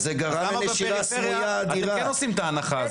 אז למה בפריפריה אתם כן עושים את ההנחה הזאת?